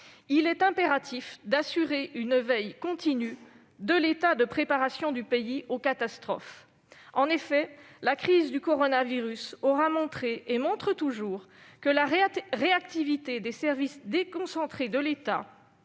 il est impératif d'assurer une veille continue de l'état de préparation du pays aux catastrophes. En effet, la crise du coronavirus aura montré et montre toujours que la réactivité des services déconcentrés de l'État